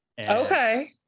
Okay